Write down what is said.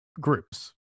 groups